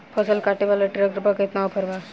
फसल काटे वाला ट्रैक्टर पर केतना ऑफर बा?